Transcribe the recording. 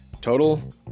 Total